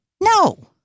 No